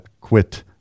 quit